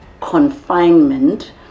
confinement